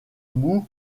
moue